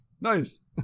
nice